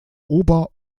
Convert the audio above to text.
ober